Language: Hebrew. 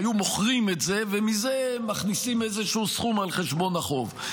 היו מוכרים את זה ומזה מכניסים איזשהו סכום על חשבון החוב.